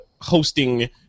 hosting